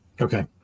Okay